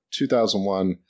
2001